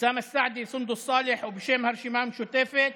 אוסאמה סעדי וסונדוס סאלח ובשם הרשימה המשותפת,